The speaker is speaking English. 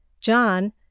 john